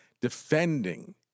defending